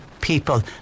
people